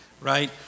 Right